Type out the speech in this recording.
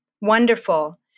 wonderful